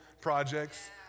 projects